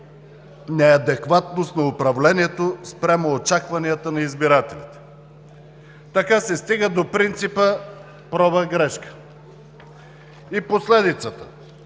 неадекватност на управлението спрямо очакванията на избирателите. Така се стига до принципа: проба – грешка. И последицата: